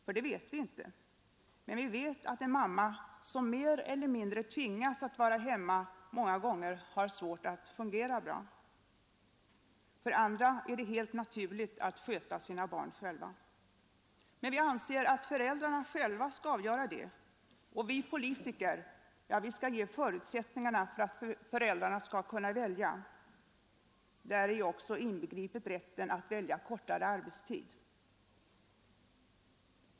För det vet vi inte, men vi vet, att en mamma som mer eller mindre tvingas att vara hemma många gånger har svårt att fungera bra. För andra är det helt naturligt att sköta sina barn själva. Men vi anser att föräldrarna skall avgöra det själva, och vi politiker skall ge dem förutsättningar att välja. Däri är också inbegripet rätten att välja kortare arbetstid.